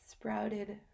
Sprouted